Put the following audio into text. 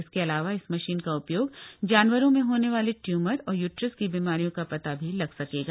इसके अलावा इस मशीन का उपयाण जानवरों में हामे वाले ट्यूमर और यूट्रस की बीमारियों का पता भी लग सकेगा